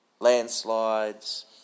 landslides